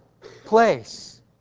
place